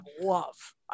love